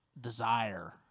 desire